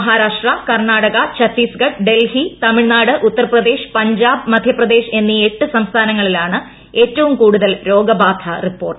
മഹാരാഷ്ട്ര കർണാടക ഛത്തീസ്ഗഢ് ഡൽഹി തമിഴ്നാട് ഉത്തർ പ്രദേശ് പഞ്ചാബ് മധ്യപ്രദേശ് എന്നീ എട്ട് സംസ്ഥാനങ്ങളിലാണ് ഏറ്റവും കൂടുതൽ രോഗബാധ റിപ്പോർട്ട്